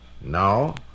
Now